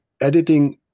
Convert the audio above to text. editing